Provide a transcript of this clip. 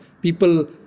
People